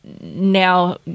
Now